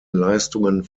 leistungen